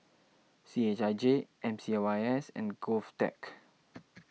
C H I J M C Y S and Govtech